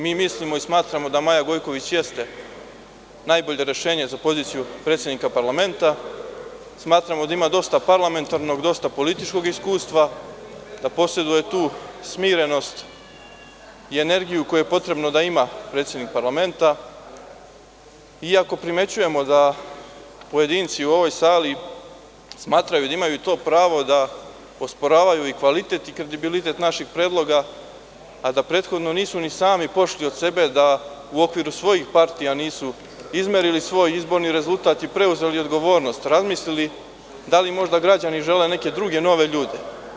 Mi mislimo i smatramo da Maja Gojković jeste najbolje rešenje za poziciju predsednika parlamenta, smatramo da ima dosta parlamentarnog, dosta političkog iskustva, da poseduje tu smirenost i energiju koju je potrebno da ima predsednik parlamenta iako primećujemo da pojedinci u ovoj sali smatraju da imaju to pravo da osporavaju i kvalitet i kredibilitet naših predloga, a da prethodno nisu sami pošli od sebe da u okviru svojih partija nisu izmerili svoj izborni rezultat i preuzeli odgovornost, razmislili da li možda građani žele neke druge nove ljude.